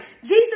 Jesus